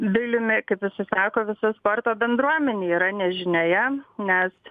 biliumi kaip jisai sako visa sporto bendruomenė yra nežinioje nes